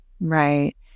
Right